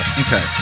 Okay